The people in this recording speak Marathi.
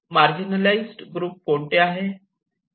मार्गीनालिज्ड ग्रुप कोणते आहे